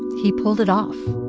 he pulled it off.